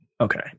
okay